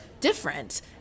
different